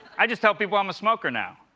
i just tell people i'm a smoker now.